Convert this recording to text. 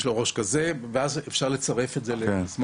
יש לו ראש כזה שונה ורק ככה אפשר לשייך את זה לתסמונת.